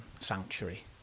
sanctuary